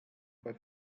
bei